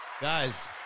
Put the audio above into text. Guys